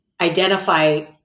identify